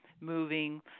moving